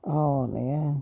ಅವನೇ